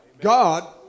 God